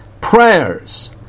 prayers